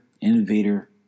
innovator